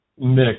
mix